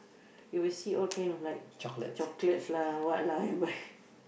you will see all kind of like chocolates lah what lah i buy